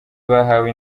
bahawe